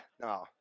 No